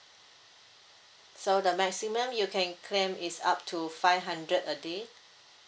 so the maximum you can claim is up to five hundred a day